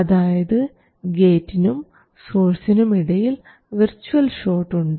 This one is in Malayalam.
അതായത് ഗേറ്റിനും സോഴ്സിനും ഇടയിൽ വിർച്വൽ ഷോട്ട് ഉണ്ട്